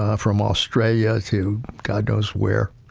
ah from australia to god knows where,